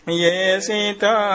yesita